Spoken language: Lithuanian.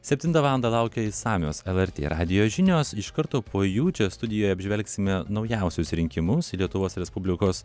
septintą valandą laukia išsamios lrt radijo žinios iš karto po jų čia studijoje apžvelgsime naujausius rinkimus į lietuvos respublikos